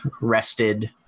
rested